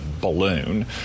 balloon